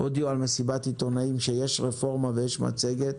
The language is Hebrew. הודיעו במסיבת עיתונאים שיש רפורמה ויש מצגת.